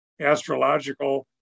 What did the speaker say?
astrological